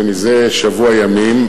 שזה שבוע ימים,